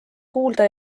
kuulda